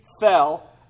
fell